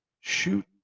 shoot